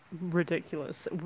ridiculous